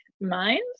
minds